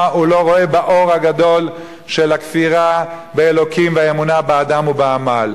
הוא לא רואה את האור הגדול של הכפירה באלוקים והאמונה באדם ובעמל.